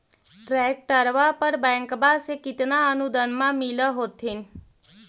ट्रैक्टरबा पर बैंकबा से कितना अनुदन्मा मिल होत्थिन?